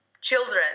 children